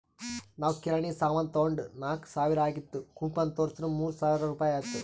ನಾವ್ ಕಿರಾಣಿ ಸಾಮಾನ್ ತೊಂಡಾಗ್ ನಾಕ್ ಸಾವಿರ ಆಗಿತ್ತು ಕೂಪನ್ ತೋರ್ಸುರ್ ಮೂರ್ ಸಾವಿರ ರುಪಾಯಿ ಆಯ್ತು